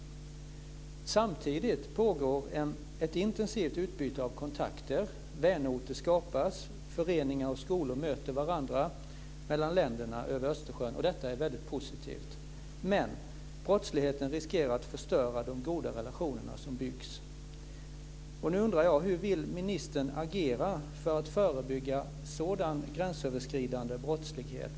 Samtidigt pågår ett intensivt utbyte av kontakter. Vänorter skapas. Föreningar och skolor möter varandra mellan länderna över Östersjön. Detta är väldigt positivt. Men brottsligheten riskerar att förstöra de goda relationer som byggs. Nu undrar jag: Hur vill ministern agera för att förebygga sådan här gränsöverskridande brottslighet?